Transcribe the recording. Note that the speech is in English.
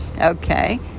okay